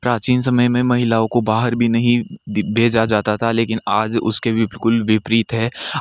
प्राचीन समय में महिलाओं को बाहर भी नहीं दी भेजा जाता था लेकिन आज उसके बिल्कुल विपरीत है